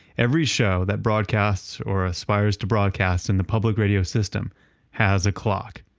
every show that broadcasts, or aspires to broadcast in the public radio system has a clock.